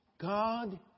God